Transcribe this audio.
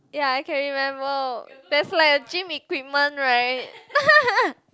ya I can remember there's like a gym equipment right